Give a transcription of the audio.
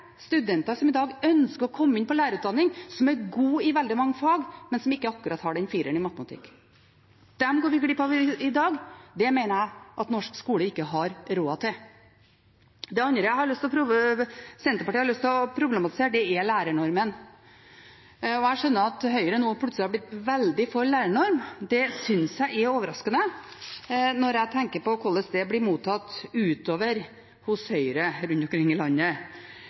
studenter som i dag ønsker å komme inn på lærerutdanningen, de som er gode i veldig mange fag, men som ikke akkurat har den fireren i matematikk. Dem går vi glipp av i dag – det mener jeg at norsk skole ikke har råd til. Det andre Senterpartiet har lyst til å problematisere, er lærernormen. Jeg skjønner at Høyre nå plutselig har blitt veldig for lærernorm – det syns jeg er overraskende når jeg tenker på hvordan det blir mottatt i Høyre rundt omkring i landet.